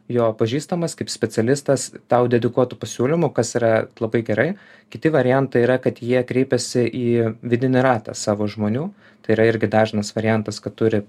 jo pažįstamas kaip specialistas tau dedikuotų pasiūlymų kas yra labai gerai kiti variantai yra kad jie kreipiasi į vidinį ratą savo žmonių tai yra irgi dažnas variantas kad turi